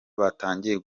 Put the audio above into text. batangiye